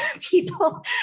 People